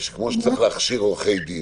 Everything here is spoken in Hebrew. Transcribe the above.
כמו שצריך להכשיר עורכי דין.